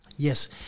Yes